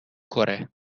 کره